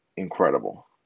Incredible